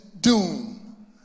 doom